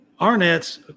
Arnett's